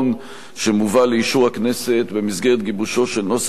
שמובא לאישור הכנסת במסגרת גיבושו של נוסח שלם,